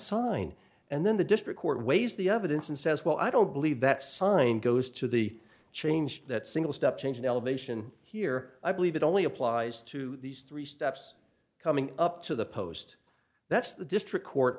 sign and then the district court weighs the evidence and says well i don't believe that sign goes to the change that single step change in elevation here i believe it only applies to these three steps coming up to the post that's the district court